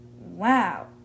Wow